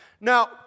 Now